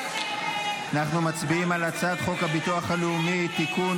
אנחנו מצביעים על הצעת חוק הביטוח הלאומי (תיקון,